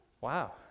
Wow